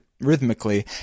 rhythmically